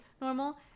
Normal